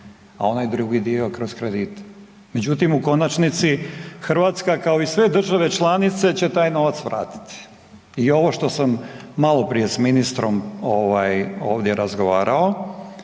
a onaj drugi dio kroz kredite. Međutim u konačnici Hrvatska kao i sve države članice će taj novac vratiti. I ovo što sam maloprije s ministrom ovdje razgovarao,